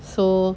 so